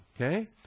okay